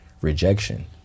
rejection